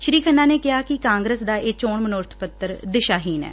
ਸ੍ਰੀ ਖੰਨਾ ਨੇ ਕਿਹਾ ਕਿ ਕਾਂਗਰਸ ਦਾ ਇਹ ਚੋਣ ਮਨੋਰਥ ਪੱਤਰ ਦਿਸ਼ਾਹੀਣ ਐ